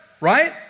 right